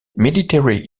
military